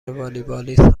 والیبالیست